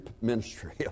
ministry